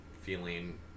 feeling